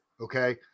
okay